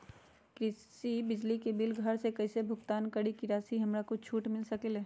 कृषि बिजली के बिल घर से कईसे भुगतान करी की राशि मे हमरा कुछ छूट मिल सकेले?